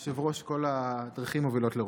היושב-ראש, כל הדרכים מובילות לרומא.